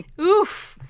Oof